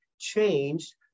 Changed